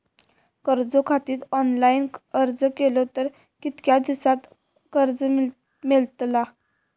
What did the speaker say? कर्जा खातीत ऑनलाईन अर्ज केलो तर कितक्या दिवसात कर्ज मेलतला?